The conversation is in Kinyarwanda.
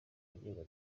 agenga